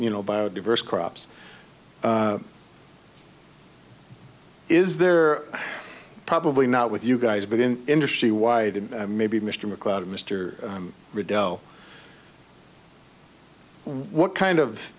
you know bio diverse crops is there probably not with you guys but in industry wide and maybe mr macleod mr rideau what kind of